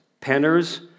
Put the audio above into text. Penners